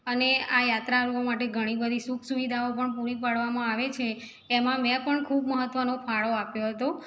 અને આ યાત્રાળુઓ માટે ઘણી બધી સુખ સુવિધાઓ પણ પૂરી પાડવામાં આવે છે તેમાં મેં પણ ખૂબ મહત્ત્વનો ફાળો આપ્યો હતો